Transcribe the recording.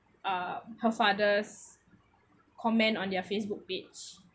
uh her father's comment on their Facebook page